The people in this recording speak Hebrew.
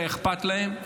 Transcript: שהיה אכפת להם,